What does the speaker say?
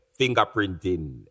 fingerprinting